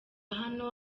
hano